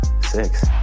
Six